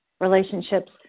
relationships